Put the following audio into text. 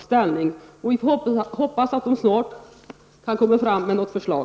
Vi får hoppas att man snart kan komma fram till något förslag.